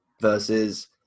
versus